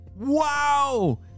Wow